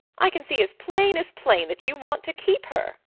i can see as plain as plain that you want to keep her.